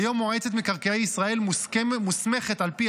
כיום מועצת מקרקעי ישראל מוסמכת על פי